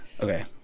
okay